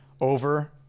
over